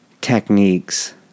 techniques